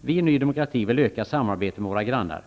Vi i Ny Demokrati vill öka samarbetet med våra grannar.